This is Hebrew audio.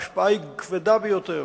ההשפעה היא כבדה ביותר.